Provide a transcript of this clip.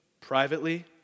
privately